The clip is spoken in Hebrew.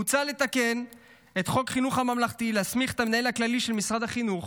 מוצע לתקן את חוק חינוך ממלכתי ולהסמיך את המנהל הכללי של משרד החינוך